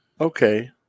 Okay